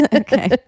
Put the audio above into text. Okay